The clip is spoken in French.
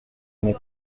n’est